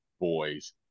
boys